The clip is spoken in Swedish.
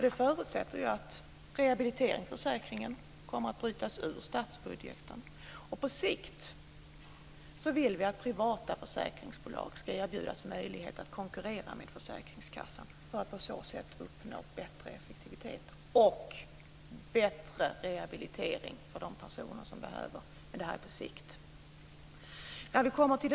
Det förutsätter att rehabiliteringsförsäkringen kommer att brytas ut från statsbudgeten. På sikt vill vi att privata försäkringsbolag ska erbjudas möjlighet att konkurrera med försäkringskassan för att man på så sätt ska uppnå bättre effektivitet och bättre rehabilitering.